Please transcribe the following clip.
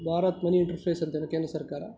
Bharat money interface ಅಂತ ಇದೆ ಕೇಂದ್ರ ಸರ್ಕಾರ